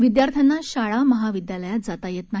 विध्यार्थाना शाळा महाविद्यालयात जाता येत नाही